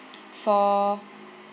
for